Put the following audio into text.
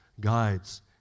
guides